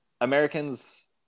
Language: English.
Americans